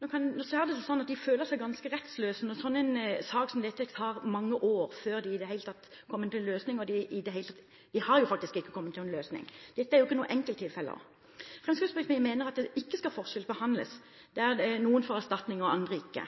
Nå har det seg sånn at de føler seg ganske rettsløse når en sånn sak som dette tar mange år før man i det hele tatt kommer til en løsning. Man har jo faktisk ikke kommet til noen løsning. Dette er ikke noe enkelttilfelle. Fremskrittspartiet mener at en ikke skal forskjellsbehandles – at noen får erstatning og andre ikke.